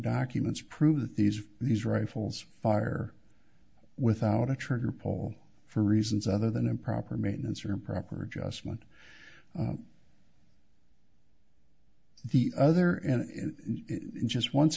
documents prove that these these rifles fire without a trigger pull for reasons other than improper maintenance or improper adjustment the other just once